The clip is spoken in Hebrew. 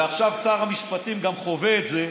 ועכשיו שר המשפטים גם חווה את זה,